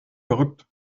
verrückt